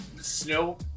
snow